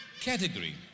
category